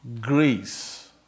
Grace